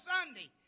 Sunday